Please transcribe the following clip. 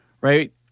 right